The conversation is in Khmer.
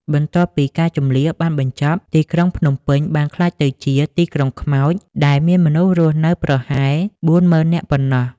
បន្ទាប់ពីការជម្លៀសបានបញ្ចប់ ទីក្រុងភ្នំពេញបានក្លាយទៅជា "ទីក្រុងខ្មោច" ដែលមានមនុស្សរស់នៅប្រហែល ៤ ម៉ឺននាក់ប៉ុណ្ណោះ។